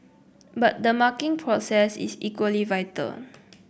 but the marking process is equally vital